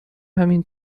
همین